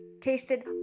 tasted